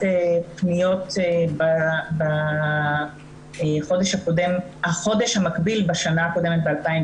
פניות בחודש המקביל בשנה הקודמת ב-2019.